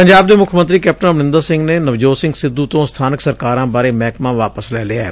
ਪੰਜਾਬ ਦੇ ਮੁੱਖ ਕੈਪਟਨ ਅਮਰਿੰਦਰ ਸਿੰਘ ਨੇ ਨਵਜੋਤ ਸਿੰਘ ਸਿੱਧੂ ਤੋਂ ਸਥਾਨਕ ਸਰਕਾਰਾਂ ਬਾਰੇ ਮਹਿਕਮਾ ਵਾਪਸ ਲੈ ਲਿਐ